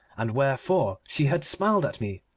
and wherefore she had smiled at me.